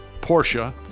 Porsche